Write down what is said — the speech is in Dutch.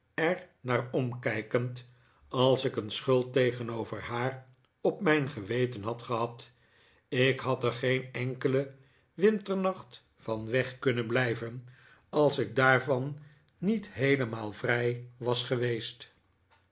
er naar omkijkend als ik een schuld tegenover haar op mijn geweten had gehad ik had er geen enkelen winternacht van weg kunnen blijven als ik daarvan niet heelemaal vrij was geweest